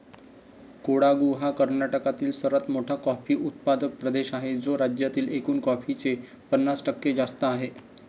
कोडागु हा कर्नाटकातील सर्वात मोठा कॉफी उत्पादक प्रदेश आहे, जो राज्यातील एकूण कॉफीचे पन्नास टक्के जास्त आहे